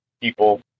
people